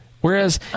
Whereas